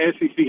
SEC